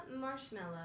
Marshmallow